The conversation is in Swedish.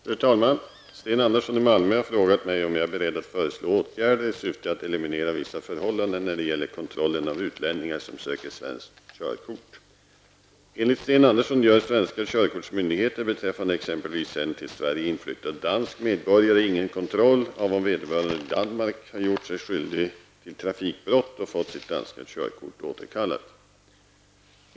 Fru talman! Sten Andersson i Malmö har frågat mig om jag är beredd att föreslå åtgärder i syfte att eliminera vissa förhållanden när det gäller kontrollen av utlänningar som söker svenskt körkort. Enligt Sten Andersson gör svenska körkortsmyndigheter beträffande exempelvis en till Sverige inflyttad dansk medborgare ingen kontroll av om vederbörande i Danmark gjort sig skyldig till trafikbrott och fått sitt danska körkort återkallat.